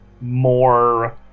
more